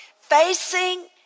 facing